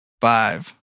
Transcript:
Five